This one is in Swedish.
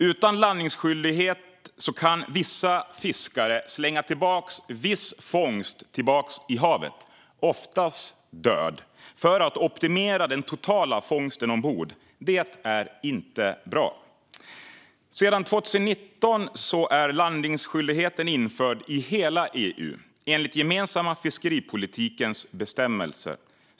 Utan landningsskyldighet kan vissa fiskare slänga tillbaka viss fångst i havet, oftast död, för att optimera den totala fångsten ombord. Det är inte bra. Sedan 2019 är landningsskyldigheten införd i hela EU, enligt den gemensamma fiskeripolitikens bestämmelser.